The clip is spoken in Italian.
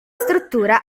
struttura